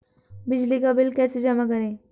बिजली का बिल कैसे जमा करें?